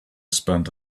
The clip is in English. spent